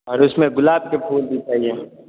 और उसमें गुलाब के फूल भी चाहिए